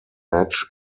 match